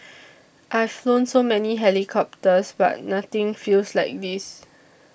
I've flown so many helicopters but nothing feels like this